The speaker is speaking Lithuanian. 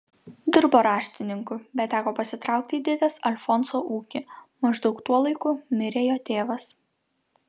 dirbo raštininku bet teko pasitraukti į dėdės alfonso ūkį maždaug tuo laiku mirė jo tėvas